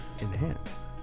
Enhance